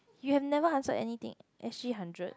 you've never answered anything S_G hundred